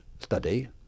Study